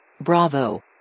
Bravo